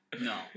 No